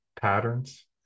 patterns